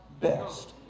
best